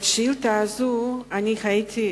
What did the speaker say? את השאילתא הזאת אני הייתי,